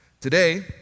Today